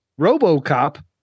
RoboCop